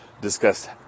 discussed